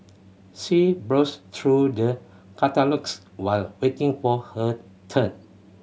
she browsed through the catalogues while waiting for her turn